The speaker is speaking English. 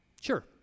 sure